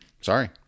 sorry